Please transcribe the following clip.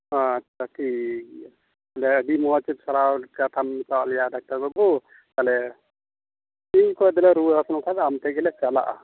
ᱟᱪᱪᱷᱟ ᱴᱷᱤᱠ ᱜᱮᱭᱟ ᱛᱟᱦᱚᱞᱮ ᱟᱹᱰᱤ ᱢᱚᱡᱽ ᱮᱢ ᱥᱟᱨᱦᱟᱣ ᱠᱟᱛᱷᱟᱢ ᱢᱮᱛᱟᱣᱟᱫ ᱞᱮᱭᱟ ᱰᱟᱠᱛᱟᱨ ᱵᱟᱹᱵᱩ ᱛᱟᱦᱚᱮ ᱛᱮᱦᱮᱧ ᱠᱷᱚᱡ ᱫᱚᱞᱮ ᱨᱩᱣᱟᱹ ᱦᱟᱥᱩ ᱞᱮᱱᱠᱷᱟᱡ ᱫᱚ ᱟᱢᱴᱷᱮᱡ ᱜᱮᱞᱮ ᱪᱟᱞᱟᱜᱼᱟ